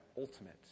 ultimate